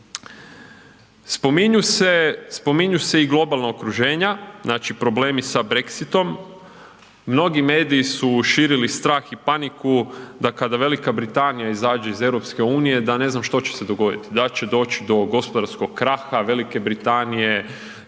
spominju se i globala okruženja, znači problemi sa brexitom, mnogi mediji su širili strah i paniku da kada Velika Britanija izađe iz EU da ne znam što će se dogoditi, da će doći do gospodarskog kraha Velike Britanije,